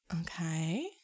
Okay